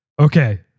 Okay